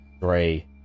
Three